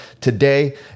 today